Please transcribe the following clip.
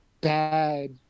bad